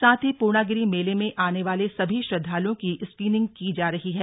साथ ही पूर्णागिरी मेले में आने वाले सभी श्रद्वालुओं की स्क्रीनिंग की जा रही है